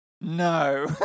No